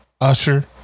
Usher